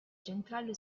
centrale